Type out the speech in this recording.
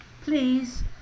Please